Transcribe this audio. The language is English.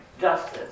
justice